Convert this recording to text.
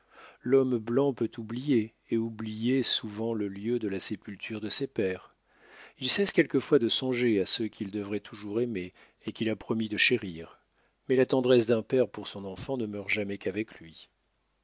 l'homme blanc peut oublier et oublie souvent le lieu de la sépulture de ses pères il cesse quelquefois de songer à ceux qu'il devrait toujours aimer et qu'il a promis de chérir mais la tendresse d'un père pour son enfant ne meurt jamais qu'avec lui